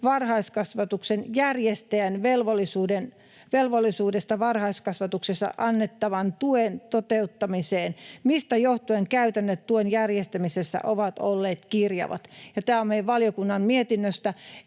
varhaiskasvatuksen järjestäjän velvollisuudesta varhaiskasvatuksessa annettavan tuen toteuttamiseen, mistä johtuen käytännöt tuen järjestämisessä ovat olleet kirjavat”, elikkä kun meillä